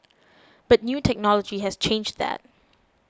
but new technology has changed that